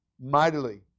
mightily